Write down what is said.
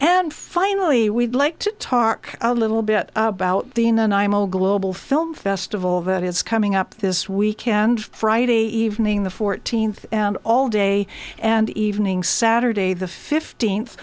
and finally we'd like to talk a little bit about the inn and i am a global film festival that is coming up this weekend friday evening the fourteenth and all day and evening saturday the fifteenth